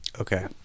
Okay